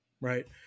Right